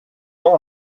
ans